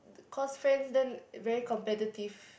course friends damn very competitive